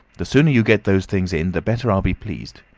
the sooner you get those things in the better i'll be pleased.